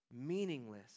meaningless